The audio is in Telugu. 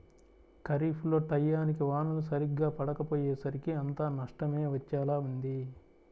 ఖరీఫ్ లో టైయ్యానికి వానలు సరిగ్గా పడకపొయ్యేసరికి అంతా నష్టమే వచ్చేలా ఉంది